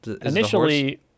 initially